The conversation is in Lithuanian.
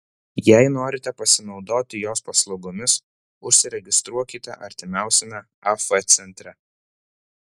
jei norite pasinaudoti jos paslaugomis užsiregistruokite artimiausiame af centre